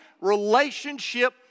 relationship